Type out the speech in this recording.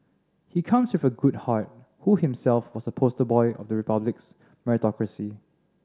he comes with a good heart who himself was a poster boy of the Republic's meritocracy